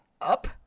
up